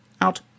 Out